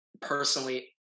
personally